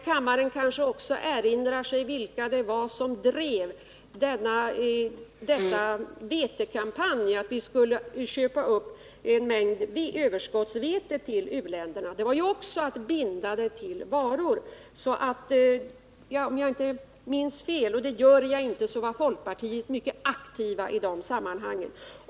Kammaren kanske också erinrar sig vilka det var som drev vetekampanjen — vi skulle köpa upp en mängd överskottsvete åt u-länderna. Det var ju också att binda biståndet till varor. Om jag inte minns fel — och det gör jag inte — var folkpartiet mycket aktivt i de sammanhangen.